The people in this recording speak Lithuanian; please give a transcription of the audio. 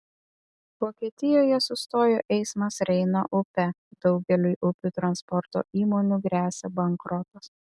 vokietijoje sustojo eismas reino upe daugeliui upių transporto įmonių gresia bankrotas